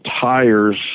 tires